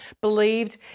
believed